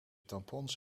tampons